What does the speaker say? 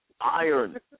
iron